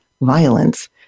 violence